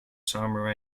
summer